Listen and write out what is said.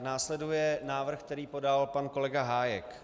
Následuje návrh, který podal pan kolega Hájek.